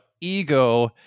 ego